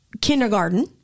kindergarten